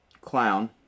clown